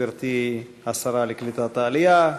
גברתי השרה לקליטת העלייה,